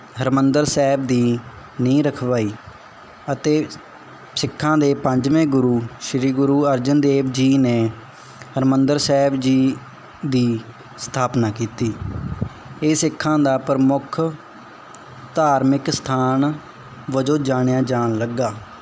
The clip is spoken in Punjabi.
ਹਰਿਮੰਦਰ ਸਾਹਿਬ ਦੀ ਨੀਂਹ ਰਖਵਾਈ ਅਤੇ ਸਿੱਖਾਂ ਦੇ ਪੰਜਵੇਂ ਗੁਰੂ ਸ਼੍ਰੀ ਗੁਰੂ ਅਰਜਨ ਦੇਵ ਜੀ ਨੇ ਹਰਿਮੰਦਰ ਸਾਹਿਬ ਜੀ ਦੀ ਸਥਾਪਨਾ ਕੀਤੀ ਇਹ ਸਿੱਖਾਂ ਦੇ ਪ੍ਰਮੁੱਖ ਧਾਰਮਿਕ ਸਥਾਨ ਵਜੋਂ ਜਾਣਿਆ ਜਾਣ ਲੱਗਾ